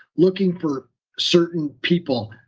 looking for certain people,